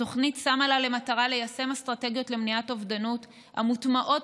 התוכנית שמה לה למטרה ליישם אסטרטגיות למניעת אובדנות המוטמעות